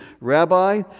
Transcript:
Rabbi